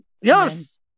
Yes